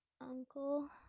uncle